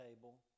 table